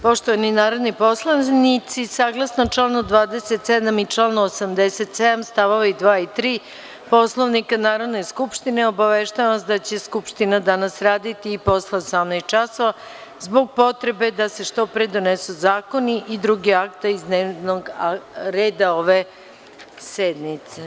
Poštovani narodni poslanici, saglasno članu 27. i članu 87. st. 2. i 3. Poslovnika Narodne skupštine, obaveštavam vas da će Skupština danas raditi i posle 18,00 časova, zbog potrebe da se što pre donesu zakoni i druga akta iz dnevnog reda ove sednice.